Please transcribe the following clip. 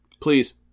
please